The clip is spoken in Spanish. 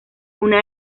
una